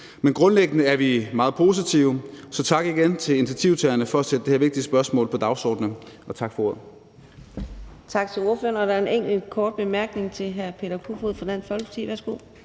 Men grundlæggende er vi meget positive, så igen tak til initiativtagerne for at sætte det her vigtige spørgsmål på dagsordenen,